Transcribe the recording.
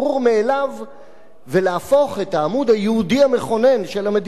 ולהפוך את העמוד היהודי המכונן של המדינה לחוק-יסוד.